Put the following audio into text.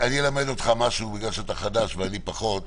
אני אלמד אותך משהו בגלל שאתה חדש ואני פחות.